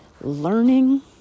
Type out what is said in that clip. learning